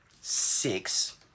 Six